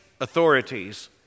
authorities